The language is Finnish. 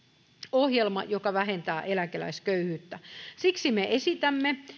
ohjelma joka vähentää eläkeläisköyhyyttä me esitämme